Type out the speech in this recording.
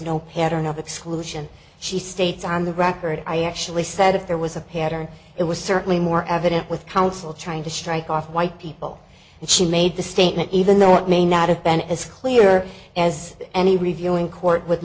no pattern of exclusion she states on the record i actually said if there was a pattern it was certainly more evident with counsel trying to strike off white people and she made the statement even though it may not have been as clear as any reviewing court would